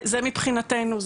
זה מבחינתנו,